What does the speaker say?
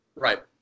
Right